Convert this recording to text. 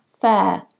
fair